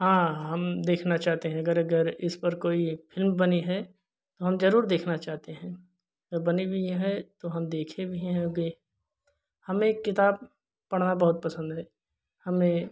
हाँ हम देखना चाहते हैं अगर अगर इस पर कोई फिल्म बनी है तो हम ज़रूर देखना चाहते हैं बनी भी है तो हम देखे भी होंगे हमें किताब पढ़ना बहुत पसंद है हमें